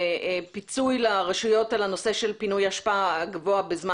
פיצוי לרשויות על הנושא של פינוי אשפה הגבוה בזמן